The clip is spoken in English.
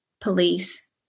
police